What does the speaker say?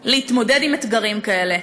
להתמודד עם אתגרים כאלה?